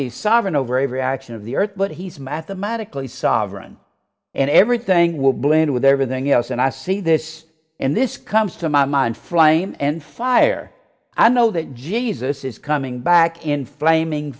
easy sovereign over a reaction of the earth but he is mathematically sovereign and everything will blend with everything else and i see this and this comes to my mind flying and fire i know that jesus is coming back in flaming